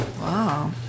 wow